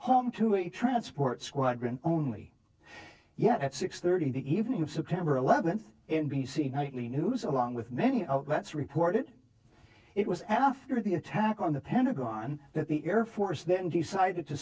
home to a transport squadron only yet at six thirty the evening of september eleventh in b c nightly news along with many outlets reported it was after the attack on the pentagon that the air force then decided to